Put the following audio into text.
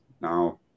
now